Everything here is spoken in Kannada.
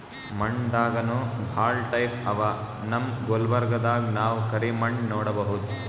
ಮಣ್ಣ್ ದಾಗನೂ ಭಾಳ್ ಟೈಪ್ ಅವಾ ನಮ್ ಗುಲ್ಬರ್ಗಾದಾಗ್ ನಾವ್ ಕರಿ ಮಣ್ಣ್ ನೋಡಬಹುದ್